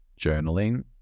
journaling